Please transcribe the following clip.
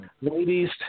ladies